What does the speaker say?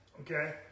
Okay